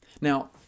Now